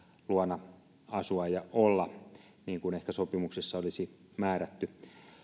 luona asua ja olla niin kuin ehkä sopimuksessa olisi määrätty